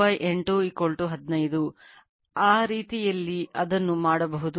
ಆ ರೀತಿಯಲ್ಲಿ ಅದನ್ನು ಮಾಡಬಹುದು